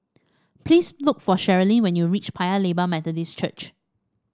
please look for Cherilyn when you reach Paya Lebar Methodist Church